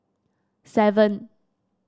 seven